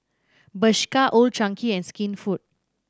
Bershka Old Chang Kee and Skinfood